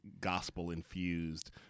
gospel-infused